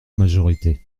majorité